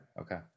Okay